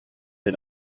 den